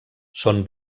són